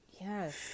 Yes